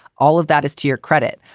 all of that is to your credit.